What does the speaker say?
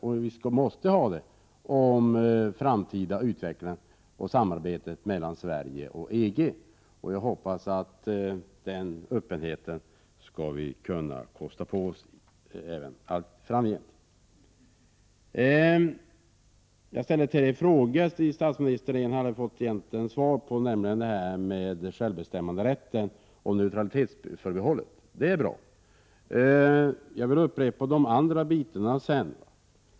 Vi måste ha det på framtida utveckling och på samarbetet mellan Sverige och EG. Jag hoppas att vi skall kunna kosta på oss den öppenheten även allt framgent. Jag ställde tre frågor till statsministern, och den enda jag egentligen fått svar på gäller självbestämmanderätten och neutralitetsförbehållet. Det är bra. Jag vill upprepa de andra delarna sedan.